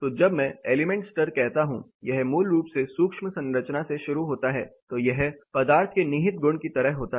तो जब मैं एलिमेंट स्तर कहता हूं यह मूल रूप से सूक्ष्म संरचना से शुरू होता है तो यह पदार्थ के निहित गुण की तरह होता है